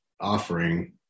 offering